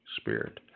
Spirit